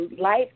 life